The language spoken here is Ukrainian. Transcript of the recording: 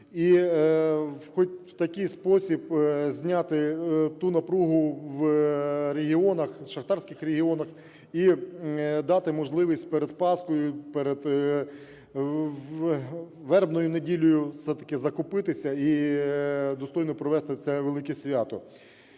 І хоч в такий спосіб зняти ту напругу в регіонах, шахтарських регіонах, і дати можливість перед Пасхою, перед Вербною неділею все-таки закупитися і достойно провести це велике свято.